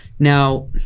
Now